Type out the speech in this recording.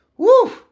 Woo